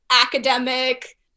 academic